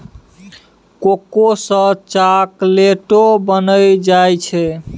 cocoa सँ चाकलेटो बनाइल जाइ छै